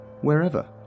wherever